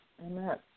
Amen